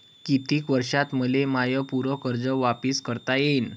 कितीक वर्षात मले माय पूर कर्ज वापिस करता येईन?